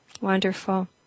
Wonderful